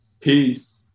Peace